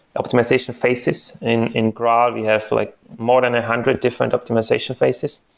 optimization phases. in in graalvm we have like more than a hundred different optimization phases.